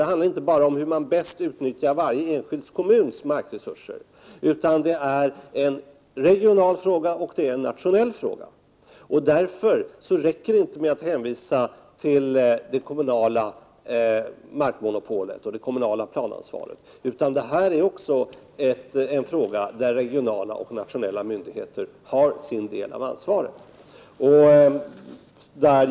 Det handlar inte bara om hur man bäst utnyttjar varje enskild kommuns markresurser, utan det är en regional fråga, och det är en nationell fråga. Därför räcker det inte med att hänvisa till det kommunala markmonopolet och det kommunala planansvaret, utan det är en fråga som regionala och nationella myndigheter har en del av ansvaret för.